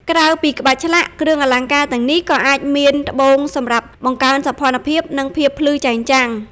ក្រៅពីក្បាច់ឆ្លាក់ គ្រឿងអលង្ការទាំងនេះក៏អាចមាន ត្បូងសម្រាប់បង្កើនសោភ័ណភាព និងភាពភ្លឺចែងចាំង។